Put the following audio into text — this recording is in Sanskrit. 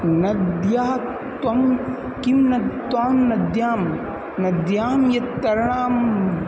नद्या त्वं किं नत्वा नद्यां नद्यां यत् तरणं